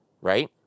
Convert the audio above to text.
right